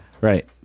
right